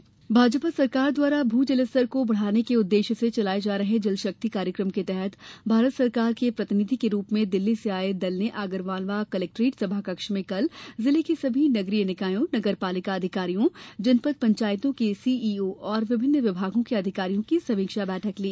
जलशक्ति भारत सरकार द्वारा भू जलस्तर को बढ़ाने के उद्देष्य से चलाये जा रहे जलशक्ति कार्यक्रम के तहत भारत सरकार के प्रतिनिधि के रूप में दिल्ली से आये दल ने आगरमालवा कलेक्ट्रेट सभाकक्ष में कल जिले के सभी नगरीय निकायों नगरपालिका अधिकारियों जनपद पंचायतों के सीईओ तथा विभिन्न विभागों के अधिकारियों की समीक्षा बैठक ली